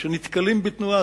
כשנתקלים בתנועה,